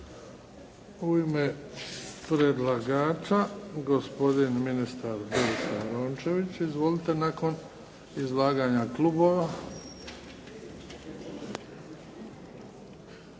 U ime predlagača gospodin ministar Berislav Rončević. Izvolite nakon izlaganja klubova.